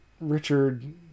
Richard